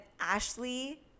Ashley